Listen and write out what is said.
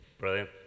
Brilliant